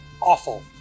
awful